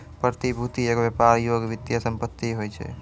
प्रतिभूति एगो व्यापार योग्य वित्तीय सम्पति होय छै